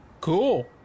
cool